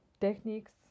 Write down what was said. techniques